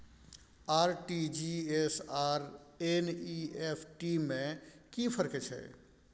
RTG S आर NEFT में कि फर्क छै?